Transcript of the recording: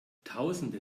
tausende